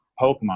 Pokemon